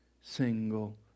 single